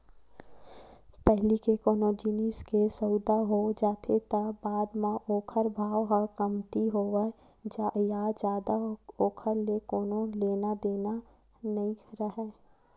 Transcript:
पहिली ले कोनो जिनिस के सउदा हो जाथे त बाद म ओखर भाव ह कमती होवय या जादा ओखर ले कोनो लेना देना नइ राहय